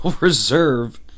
Reserve